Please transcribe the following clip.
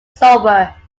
sober